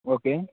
okay